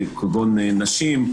כגון נשים,